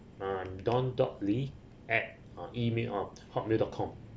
don dot lee at uh email uh hotmail dot com